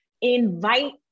invite